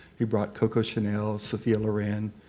he brought coco chanel, sophia loren.